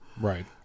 right